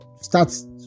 starts